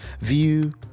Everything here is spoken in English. view